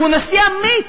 והוא נשיא אמיץ.